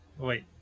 wait